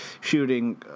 shooting